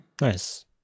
Nice